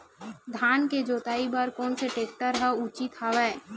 धान के जोताई बर कोन से टेक्टर ह उचित हवय?